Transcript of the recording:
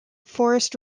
forest